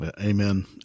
Amen